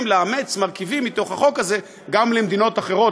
לאמץ מרכיבים מהחוק הזה גם במדינות אחרות,